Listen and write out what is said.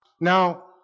Now